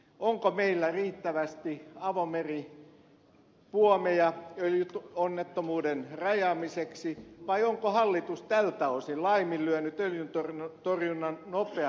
onko meillä riittävästi avomeripuomeja öljyonnettomuuden rajaamiseksi vai onko hallitus tältä osin laiminlyönyt öljyntorjunnan nopean aloittamisen